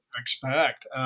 Expect